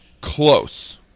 Close